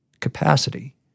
capacity